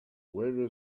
where